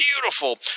beautiful